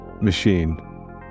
machine